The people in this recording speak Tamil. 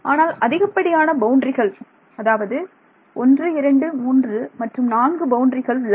ஆனால் அதிகப்படியான பவுண்டரிகள் அதாவது 1 2 3 மற்றும் 4 பவுண்டரிகள் உள்ளன